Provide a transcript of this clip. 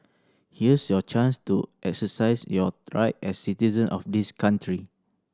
here's your chance to exercise your right as citizen of this country